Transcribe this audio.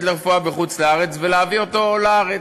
לרפואה בחוץ-לארץ ולהביא אותו לארץ.